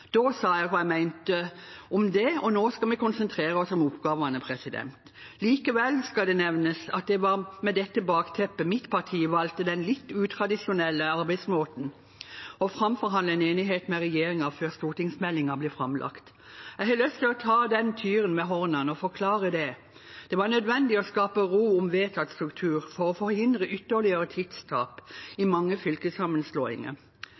Da sa jeg hva jeg mente om det, og nå skal vi konsentrere oss om oppgavene. Likevel skal det nevnes at det var med dette bakteppet mitt parti valgte den litt utradisjonelle arbeidsmåten å framforhandle en enighet med regjeringen på, før stortingsmeldingen ble framlagt. Jeg har lyst til å ta den tyren ved hornene og forklare det. Det var nødvendig å skape ro om vedtatt struktur for å forhindre ytterligere tidstap